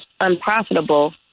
unprofitable